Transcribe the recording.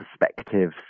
perspective